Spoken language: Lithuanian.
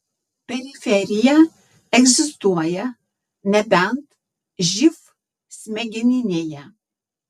periferija egzistuoja nebent živ smegeninėje